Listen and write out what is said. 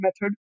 method